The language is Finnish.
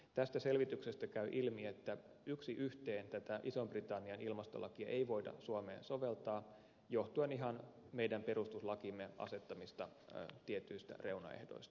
tästä selvityksestä käy ilmi että yksi yhteen tätä ison britannian ilmastolakia ei voida suomeen soveltaa johtuen ihan meidän perustuslakimme asettamista tietyistä reunaehdoista